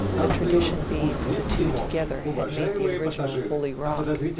the tradition being that the two together had made the original holy rock.